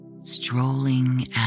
strolling